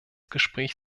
gespräch